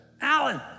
Alan